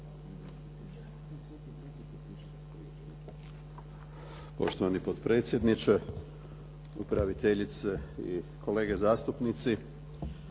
Poštovani potpredsjedniče, upraviteljice i kolege zastupnici.